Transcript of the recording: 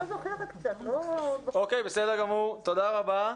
תודה רבה.